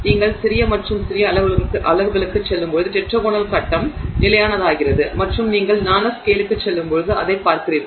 நீங்கள் சிறிய மற்றும் சிறிய அளவுகளுக்குச் செல்லும்போது டெட்ராகோனல் கட்டம் நிலையானதாகிறது மற்றும் நீங்கள் நானோஸ்கேலுக்குச் செல்லும்போது அதைப் பார்க்கிறீர்கள்